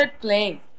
playing